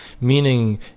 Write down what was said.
meaning